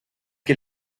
que